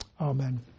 Amen